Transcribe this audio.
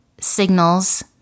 signals